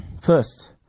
first